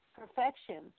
perfection